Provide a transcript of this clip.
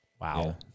wow